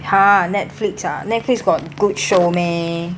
!huh! netflix ah netflix got good show meh